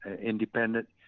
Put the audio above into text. independent